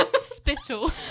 Spittle